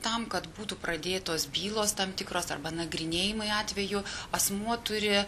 tam kad būtų pradėtos bylos tam tikros arba nagrinėjimai atvejų asmuo turi